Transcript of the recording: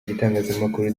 igitangazamakuru